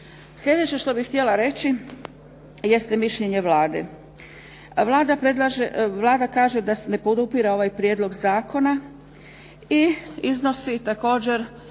Sljedeće što bih htjela reći jeste mišljenje Vlade. A Vlada kaže da ne podupire ovaj prijedlog zakona i iznosi također